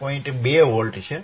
2 volt છે